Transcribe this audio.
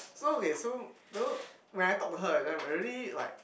so okay so don't know when I talk to her that time I already like